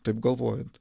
taip galvojant